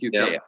UK